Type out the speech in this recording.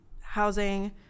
housing